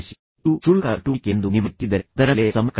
ಇದು ಕ್ಷುಲ್ಲಕ ಚಟುವಟಿಕೆ ಎಂದು ನಿಮಗೆ ತಿಳಿದಿದ್ದರೆ ಅದರ ಮೇಲೆ ಸಮಯ ಕಳೆಯಬೇಡಿ